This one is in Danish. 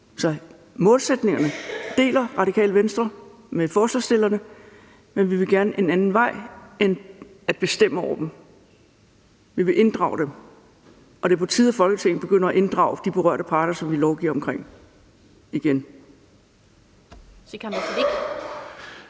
Så Radikale Venstre deler målsætningerne med forslagsstillerne, men vi vil gerne en anden vej end at bestemme over folk – vi vil inddrage dem, og det er på tide, at Folketinget igen begynder at inddrage de berørte parter, som vi lovgiver om. Kl.